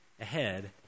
ahead